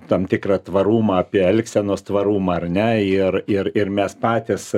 tam tikrą tvarumą apie elgsenos tvarumą ar ne ir ir ir mes patys